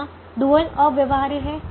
यहां डुअल अव्यवहार्य है